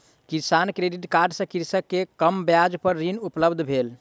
किसान credit card सँ कृषक के कम ब्याज पर ऋण उपलब्ध भेल